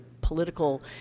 political